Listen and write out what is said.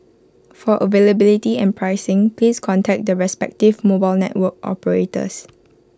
for availability and pricing please contact the respective mobile network operators